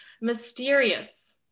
mysterious